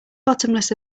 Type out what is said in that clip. bottomless